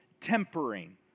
tempering